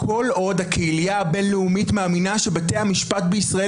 כל עוד הקהילייה הבין-לאומית מאמינה שבתי המשפט בישראל